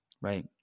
right